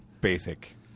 basic